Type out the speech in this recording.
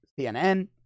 CNN